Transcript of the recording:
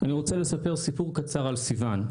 אני רוצה לספר סיפור קצר על סיון.